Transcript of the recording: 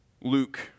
Luke